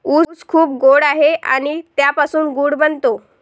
ऊस खूप गोड आहे आणि त्यापासून गूळ बनतो